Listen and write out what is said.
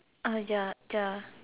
ah ya ya